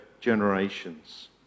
generations